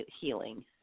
healing